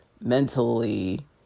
mentally